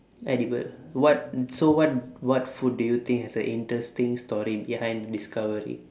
edible what so what what food do you think has a interesting story behind the discovery